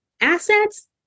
assets